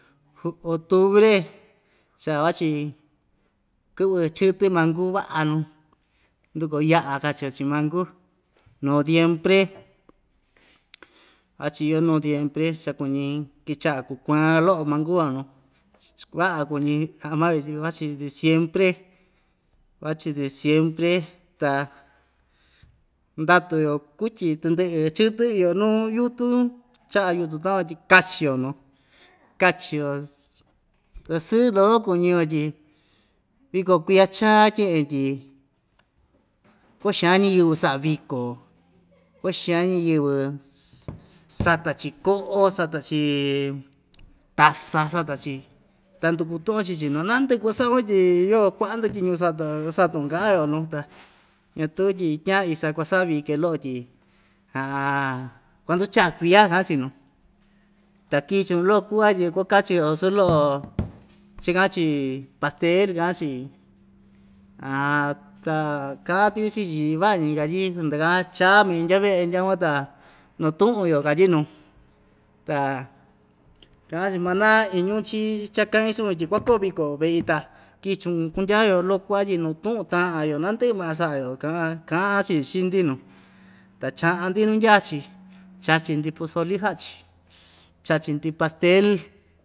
octubre cha vachi kɨ'vɨ chɨtɨ manku va'a nu ndukuo ya'a kachio chi'in manku nodiempre vachi yoo nodiempre cha kuñi kicha'a kukuan lo'o manku van nu va'a kuñi ama‑yo tyi vachi diciempre vachi diciempre ta ndatu‑yo kutyi tɨndɨ'ɨ chɨtɨ iyo nu yutun cha'a yutun takuan tyi kachi‑yo nu kachio sɨɨ loko kuñi‑yo tyi viko kuiya chaa tye'en tyi kua'a xan ñiyɨvɨ sa'a viko kua'a xan ñiyɨvɨ sata‑chi ko'o sata‑chi taza sata‑chi ta ndukutu'un‑yo chi‑chi nandɨ'ɨ kuasa'un tyi yo kua'a ndatyiñu sata satun ka'an‑yo nu ta ñatu tyi tyaan isa kuasa'a vike lo'o tyi kuanducha kuiya ka'an‑chi nu ta kichun lo'o ku'va tyi kuakachi‑yo a su lo'o chika'an‑chi pastel ka'an‑chi ta ka'an tuyu chi'in‑chi tyi va'a‑ñi katyi ndɨka'an chaa mai ndya ve'e ndyakuan ta natu'un‑yo katyi nu ta ka'an‑chi manaa iñu chii cha‑ka'in chiun tyi kuakoo viko ve'i ta kichun kundya‑yo lo'o ku'va tyi nutu'un ta'an‑yo nandɨ'ɨ ma sa'a‑yo ka'an ka'an‑chi chii‑ndi nu ta cha'an‑ndi nuu ndyaa‑chi chachi‑ndi pozoli sa'a‑chi chachi‑ndi pastel.